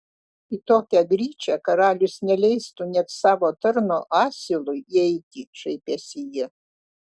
į tokią gryčią karalius neleistų net savo tarno asilui įeiti šaipėsi jie